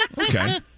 Okay